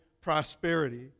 prosperity